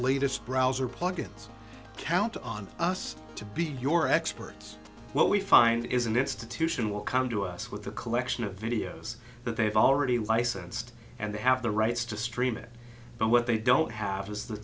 latest browser plug ins count on us to be your experts what we find is an institution will come to us with a collection of videos that they've already licensed and they have the rights to stream it but what they don't have